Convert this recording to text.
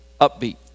upbeat